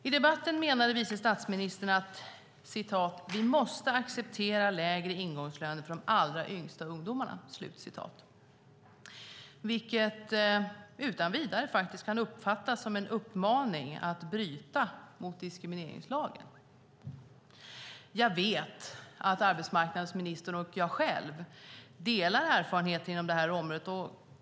I debatten menade vice statsministern att "Vi måste acceptera lägre ingångslöner för de allra yngsta ungdomarna", vilket utan vidare kan uppfattas som en uppmaning att bryta mot diskrimineringslagen. Jag vet att arbetsmarknadsministern och jag själv delar erfarenheter inom detta område.